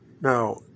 Now